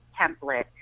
template